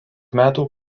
metų